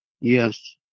Yes